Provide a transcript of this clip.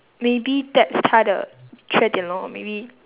maybe that's 她的缺点 lor maybe